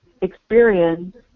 experience